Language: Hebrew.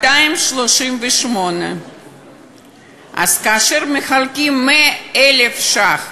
238. אז כאשר מחלקים 100,000 ש"ח